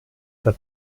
der